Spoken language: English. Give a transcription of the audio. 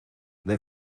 they